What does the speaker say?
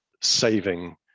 saving